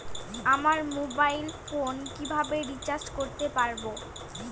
আমার mobile phone কিভাবে recharge করতে পারব?